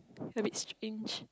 a bit strange